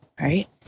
right